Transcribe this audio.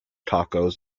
tacos